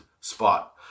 spot